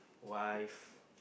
wife